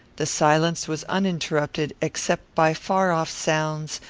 the silence was uninterrupted, except by far-off sounds,